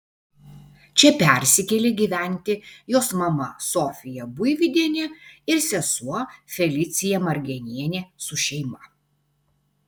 čia persikėlė gyventi jos mama sofija buividienė ir sesuo felicija margenienė su šeima